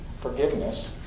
Forgiveness